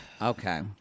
Okay